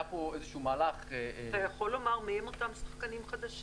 היה פה איזשהו מהלך --- אתה יכול לומר מיהם אותם שחקנים חדשים?